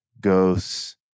ghosts